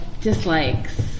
Dislikes